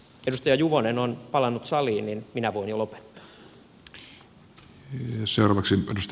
edustaja juvonen on palannut saliin niin minä voin jo lopettaa